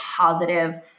positive